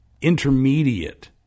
intermediate